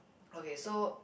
okay so